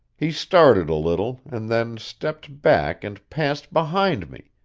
he started a little, and then stepped back and passed behind me,